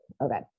okay